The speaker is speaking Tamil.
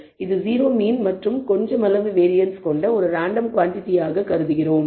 இது 0 மீன் மற்றும் கொஞ்சம் அளவு வேரியன்ஸ் கொண்ட ஒரு ரேண்டம் குவாண்டிடி என்று நாம் கருதுகிறோம்